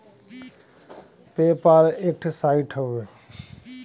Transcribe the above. पे पाल एक ठे साइट हउवे